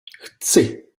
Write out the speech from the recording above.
chci